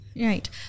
Right